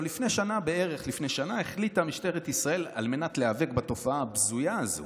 לפני שנה בערך החליטה משטרת ישראל שעל מנת להיאבק בתופעה הבזויה הזו,